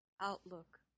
outlook